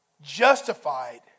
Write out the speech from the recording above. justified